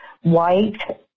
White